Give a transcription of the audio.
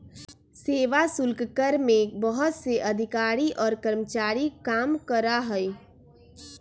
सेवा शुल्क कर में बहुत से अधिकारी और कर्मचारी काम करा हई